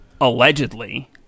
allegedly